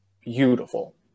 beautiful